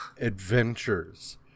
adventures